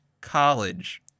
college